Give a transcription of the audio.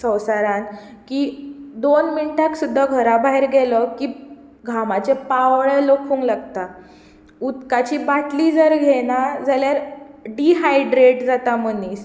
संवसारांत की दोन मिनटांक सुद्दां घराभायर गेलो की घामाचे पावळे गळूंक लागता उदकाची बाटली जर घेना जाल्यार डिहायड्रेड जाता मनीस